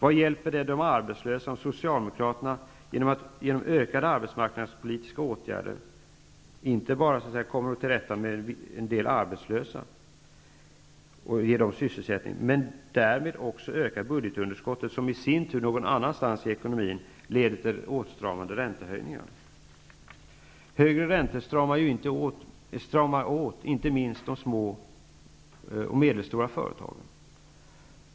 Vad hjälper det de arbetslösa om Socialdemokraterna genom ökade arbetsmarknadspolitiska åtgärder ger dem sysselsättning, samtidigt som budgetunderskottet ökas, vilket i sin tur leder till åtstramande räntehöjningar någon annanstans i ekonomin? Högre räntor stramar åt inte minst de små och medelstora företagen.